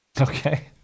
Okay